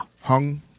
Hung